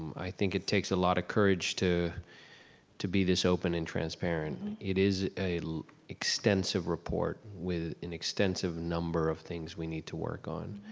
i think it takes a lot of courage to to be this open and transparent. it is an extensive report with an extensive number of things we need to work on,